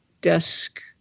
desk